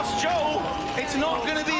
joel it's you know